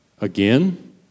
again